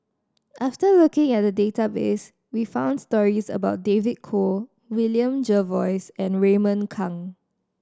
after looking at the database we found stories about David Kwo William Jervois and Raymond Kang